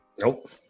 nope